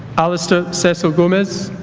alistair cess of gomez